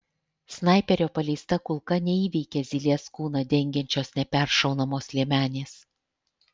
snaiperio paleista kulka neįveikia zylės kūną dengiančios neperšaunamos liemenės